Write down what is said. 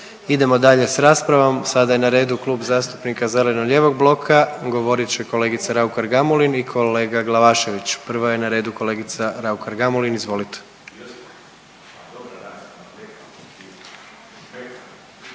Idemo dalje sa raspravom. Sada je na redu Klub zastupnika zeleno-lijevog bloka. Govorit će kolegica Raukar-Gamulin i kolega Glavašević. Prva je na redu kolegica Raukar-Gamulin, izvolite.